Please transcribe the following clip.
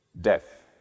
death